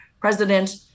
president